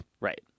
Right